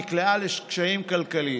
היא נקלעה לקשיים כלכליים.